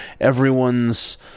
everyone's